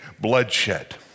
bloodshed